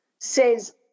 says